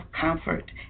comfort